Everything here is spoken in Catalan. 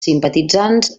simpatitzants